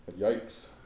Yikes